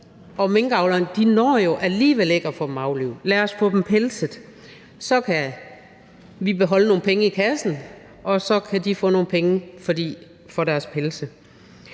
minkavlerne når jo alligevel ikke at få dem aflivet. Lad os få dem pelset. Så kan vi beholde nogle penge i kassen, og så kan de få nogle penge for deres pelse.